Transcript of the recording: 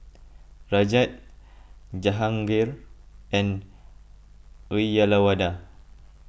Rajat Jahangir and Uyyalawada